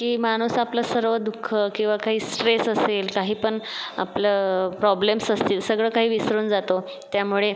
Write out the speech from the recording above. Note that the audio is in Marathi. की माणूस आपलं सर्व दुःख किंवा काही स्ट्रेस असेल काही पण आपलं प्रॉब्लेम्स असतील सगळं काही विसरून जातो त्यामुळे